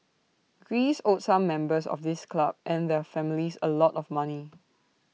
Greece owed some members of this club and their families A lot of money